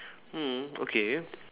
mm okay